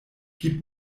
gib